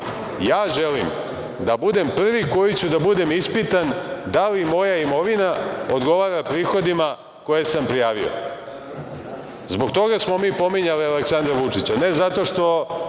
ja želim da budem prvi koji ću da budem ispitan da li moja imovina odgovara prihodima koje sam prijavio. Zbog toga smo mi pominjali Aleksandra Vučića, a ne zato što